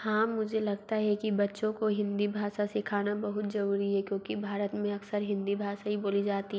हाँ मुझे लगता है कि बच्चों को हिन्दी भाषा सिखाना बहुत ज़रूरी है क्योंकि भारत में अक्सर हिन्दी भाषा ही बोली जाती है